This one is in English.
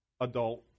adult